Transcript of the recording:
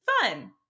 fun